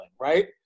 right